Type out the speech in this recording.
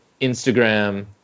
Instagram